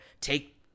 take